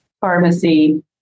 pharmacy